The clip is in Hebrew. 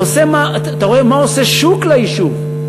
אתה רואה מה עושה שוק ליישוב,